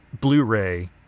Blu-ray